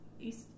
east